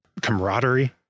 camaraderie